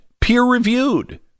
peer-reviewed